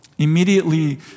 immediately